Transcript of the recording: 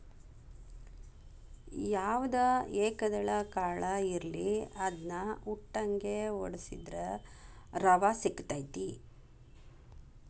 ಯಾವ್ದ ಏಕದಳ ಕಾಳ ಇರ್ಲಿ ಅದ್ನಾ ಉಟ್ಟಂಗೆ ವಡ್ಸಿದ್ರ ರವಾ ಸಿಗತೈತಿ